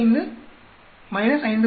15 5